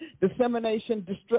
dissemination